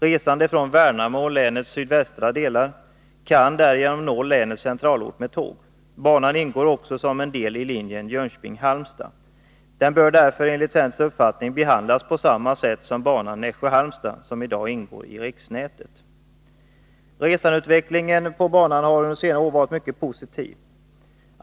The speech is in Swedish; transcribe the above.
Resande från Värnamo och länets sydvästra delar kan därigenom nå länets centralort med tåg. Banan ingår också som en deli linjen Jönköping-Halmstad. Den bör därför enligt centerns uppfattning behandlas på samma sätt som banan Nässjö-Halmstad, som i dag ingår i riksnätet. Resandeutvecklingen på banan har under senare år varit mycket positiv.